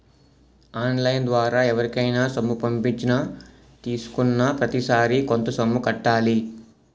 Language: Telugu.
ఆన్ లైన్ ద్వారా ఎవరికైనా సొమ్ము పంపించినా తీసుకున్నాప్రతిసారి కొంత సొమ్ము కట్టాలి